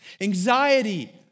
anxiety